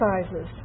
sizes